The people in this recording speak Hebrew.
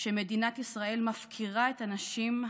שמדינת ישראל מפקירה את הנשים,